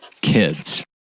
kids